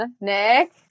Nick